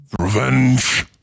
Revenge